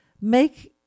make